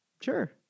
sure